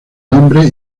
nombre